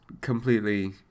completely